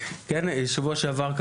בשבוע שעבר,